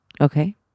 Okay